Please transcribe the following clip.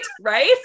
right